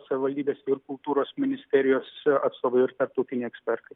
savivaldybės ir kultūros ministerijos atstovai ir tarptautiniai ekspertai